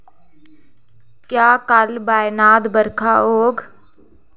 क्या कल्ल बायनाद बरखा होग